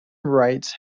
rights